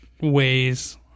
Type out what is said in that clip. ways